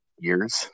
years